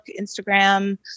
Instagram